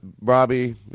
Robbie